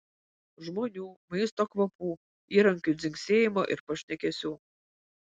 žmonių maisto kvapų įrankių dzingsėjimo ir pašnekesių